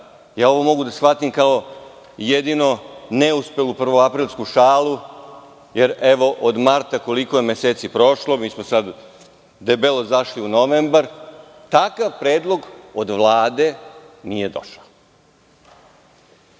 ovo mogu da shvatim jedinu kao neuspelu prvoaprilsku šalu, jer od marta koliko je meseci prošlo. Debelo smo zašli u novembar i takav predlog od Vlade nije došao.